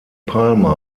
palmer